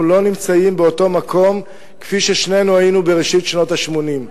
אנחנו לא נמצאים באותו מקום ששנינו היינו בראשית שנות ה-80.